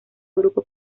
grupo